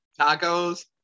tacos